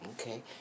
Okay